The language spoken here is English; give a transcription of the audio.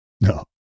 No